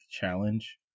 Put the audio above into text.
challenge